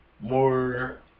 more